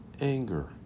anger